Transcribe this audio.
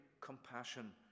compassion